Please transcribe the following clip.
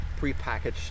prepackaged